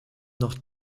noch